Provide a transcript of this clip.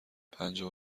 پجاه